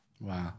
Wow